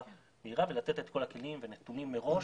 מהירה ולתת את כל הכלים והנתונים מראש,